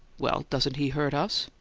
well, doesn't he hurt us?